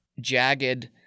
jagged